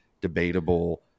debatable